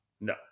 No